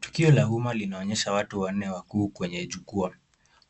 Tukio la umma linaonyesha watu wanne wanne wakuu kwenye jukwaa.